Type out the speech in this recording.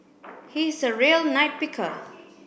he is a real picker